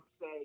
say